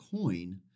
coin